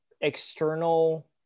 external